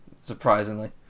surprisingly